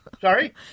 Sorry